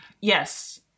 Yes